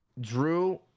Drew